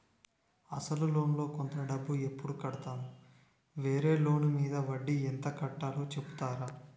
అసలు లోన్ లో కొంత డబ్బు ను ఎప్పుడు కడతాను? వేరే లోన్ మీద వడ్డీ ఎంత కట్తలో చెప్తారా?